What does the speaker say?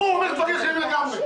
ופה הוא אומר דברים אחרים לגמרי.